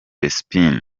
spin